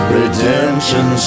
redemption